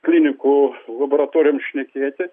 klinikų laboratorijom šnekėti